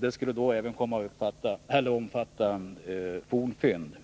Det skulle då även omfatta fornfynd.